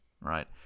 right